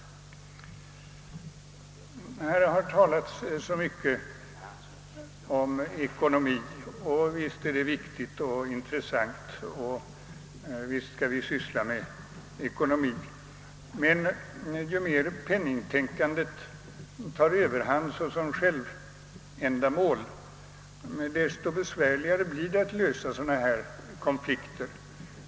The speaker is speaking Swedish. Här har det så mycket talats om ekonomi och visst är detta viktigt och intressant och visst skall vi syssla med sådant, men ju mer penningtänkandet tar överhand såsom självändamål desto besvärligare blir det att lösa konflikter av detta slag.